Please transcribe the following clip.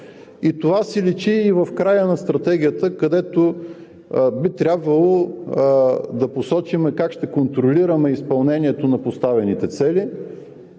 Това си личи и в края на Стратегията, където би трябвало да посочим как ще контролираме изпълнението на поставените цели